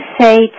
say